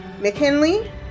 McKinley